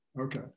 Okay